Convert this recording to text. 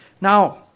Now